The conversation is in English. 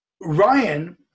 Ryan